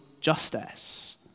justice